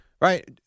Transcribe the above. Right